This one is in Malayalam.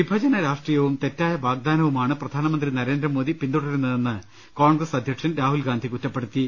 വിഭജന രാഷ്ട്രീയവും തെറ്റായ വാഗ്ദാനവുമാണ് പ്രധാനമന്ത്രി നരേന്ദ്ര മോദി പിൻതുടരുന്നതെന്ന് കോൺഗ്രസ് അധ്യക്ഷൻ രാഹുൽ ഗാന്ധി പറഞ്ഞു